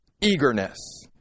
eagerness